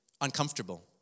uncomfortable